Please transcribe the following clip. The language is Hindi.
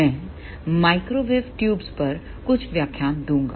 मैं माइक्रोवेव ट्यूब्स पर कुछ व्याख्यान दूंगा